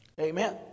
Amen